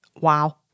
Wow